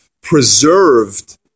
preserved